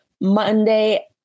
Monday